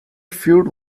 feud